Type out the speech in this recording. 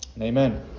Amen